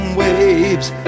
waves